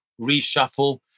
reshuffle